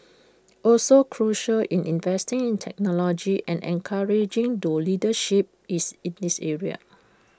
also crucial is investing in technology and encouraging thought leadership is in this area